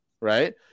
right